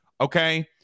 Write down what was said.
okay